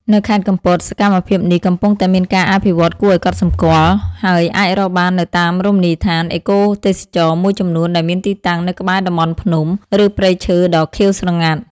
នៅខេត្តកំពត សកម្មភាពនេះកំពុងតែមានការអភិវឌ្ឍគួរឱ្យកត់សម្គាល់ ហើយអាចរកបាននៅតាមរមណីយដ្ឋានអេកូទេសចរណ៍មួយចំនួនដែលមានទីតាំងនៅក្បែរតំបន់ភ្នំ ឬព្រៃឈើដ៏ខៀវស្រងាត់។